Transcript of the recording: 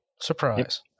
Surprise